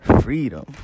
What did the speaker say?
freedom